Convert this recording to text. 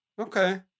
Okay